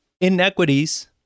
inequities